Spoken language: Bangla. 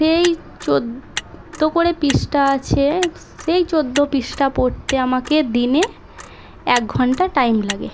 সেই চোদ্দো করে পৃষ্ঠা আছে সেই চোদ্দো পৃষ্ঠা পড়তে আমাকে দিনে এক ঘন্টা টাইম লাগে